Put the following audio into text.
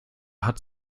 hat